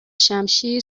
شمشیر